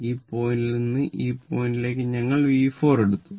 ഈ പോയിന്റിൽ നിന്ന് ഈ പോയിന്റിലേക്ക് ഞങ്ങൾ V4 എടുത്തു